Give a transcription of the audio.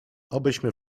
obyśmy